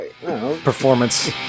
performance